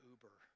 Uber